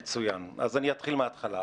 אז אני אתחיל מהתחלה,